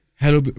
Hello